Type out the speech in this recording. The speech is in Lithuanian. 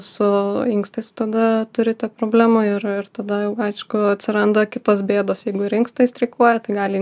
su inkstais tada turite problemų ir ir tada jau aišku atsiranda kitos bėdos jeigu ir inkstai streikuoja tai gali